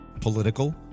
political